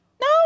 no